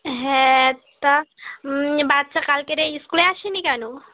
হ্যাঁটা বাচ্চা কালকের এই স্কুলে আসেনি কেন